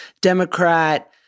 Democrat